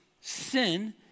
sin